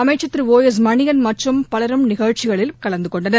அமைச்சர் திரு ஒ எஸ்மணியன் மற்றும் பலரும் நிகழ்ச்சிகளில் கலந்து கொண்டனர்